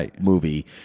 movie